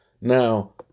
now